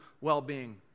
well-being